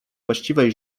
właściwej